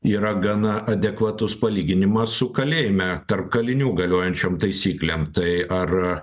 yra gana adekvatus palyginimas su kalėjime tarp kalinių galiojančiom taisyklėm tai ar